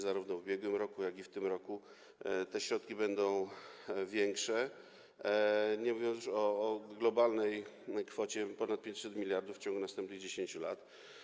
Zarówno w ubiegłym roku, jak i w tym roku te środki będą większe, nie mówiąc o globalnej kwocie ponad 500 mld w ciągu następnych 10 lat.